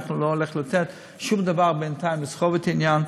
ואני לא הולך לתת לשום דבר בינתיים לסחוב את העניין.